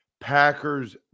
Packers